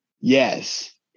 Yes